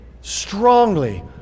strongly